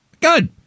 Good